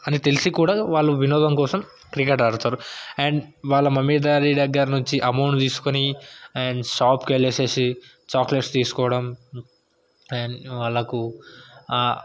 అని తెలిసి కూడా వినోదం క్రికెట్ ఆడతారు అండ్ వాళ్ళ మమ్మీ డాడీ దగ్గర నుంచి అమౌంట్ తీసుకొని అండ్ షాప్కి వెళ్ళి చాక్లెట్స్ తీసుకోవడం అండ్ వాళ్ళకు